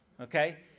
okay